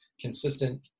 consistent